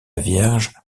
vierge